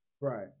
right